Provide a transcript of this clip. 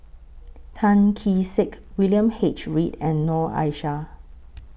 Tan Kee Sek William H Read and Noor Aishah